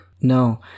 No